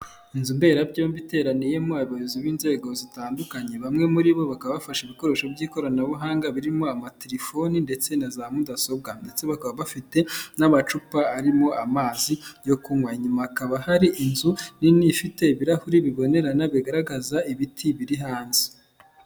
Inzu mberabyombi iteraniyemo abayobozi b'inzego zitandukanye bamwe muri bo bakaba bafasha ibikoresho by'ikoranabuhanga birimo amatilefoni ndetse na zamudasobwa ndetse bakaba bafite n'amacupa arimo amazi yo kunywa, nyuma hakaba hari inzu nini ifite ibirahuri bibonerana bigaragaza ibiti biri hanze.